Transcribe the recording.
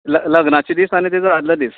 ल लग्न लग्नाचे दीस आनी तेजो आदलें दीस